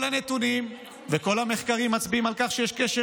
כל הנתונים וכל המחקרים מצביעים על כך שיש קשר